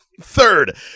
Third